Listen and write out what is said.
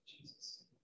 Jesus